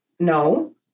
No